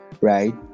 Right